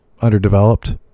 underdeveloped